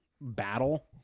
battle